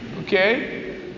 Okay